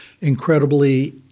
incredibly